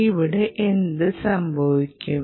ഇവിടെ എന്തു സംഭവിക്കും